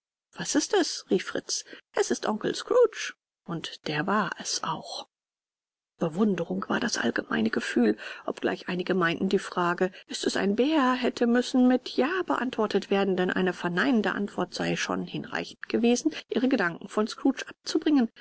was ist es rief fritz es ist onkel scrooge und der war es auch bewunderung war das allgemeine gefühl obgleich einige meinten die frage ist es ein bär hätte müssen mit ja beantwortet werden denn eine verneinende antwort sei schon hinreichend gewesen ihre gedanken von scrooge abzubringen